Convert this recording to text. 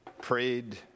prayed